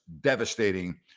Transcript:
devastating